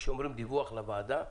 כשאומרים דיווח לוועדה,